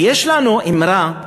ויש לנו אמרה,